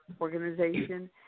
organization